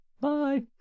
bye